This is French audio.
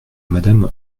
madame